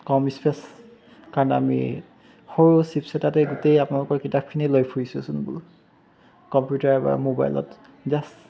কম space কাৰণ আমি সৰু চিপছ এটাতেই গোটেই আপোনালোকৰ কিতাপখিনি লৈ ফুৰিছোচোন কম্পিউটাৰ বা মোবাইলত জাচ